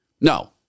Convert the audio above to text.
No